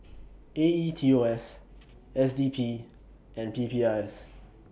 A E T O S S D P and P P I S